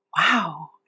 wow